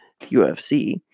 UFC